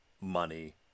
money